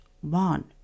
one